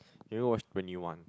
you go and watch brand new one